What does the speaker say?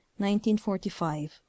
1945